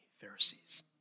Pharisees